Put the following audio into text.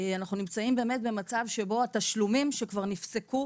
אנחנו נמצאים באמת במצב שבו התשלומים שכבר נפסקו